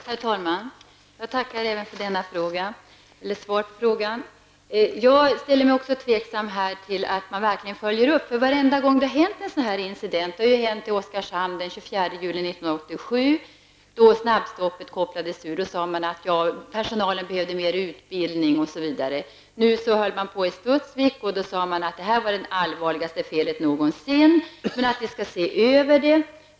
Herr talman! Jag tackar även för svaret på denna fråga. Jag ställer mig litet tveksam till om man verkligen följer upp dessa händelser. Varje gång det händer sådana här incidenter -- det har ju hänt förut i Oskarshamn den 24 juli 1987 när snabbstoppet kopplades ur -- säger man att personalen behöver mer utbildning osv. När nu incidenten i Studsvik inträffade sade man att det var det allvarligaste felet någonsin men att man skulle se över det.